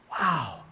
Wow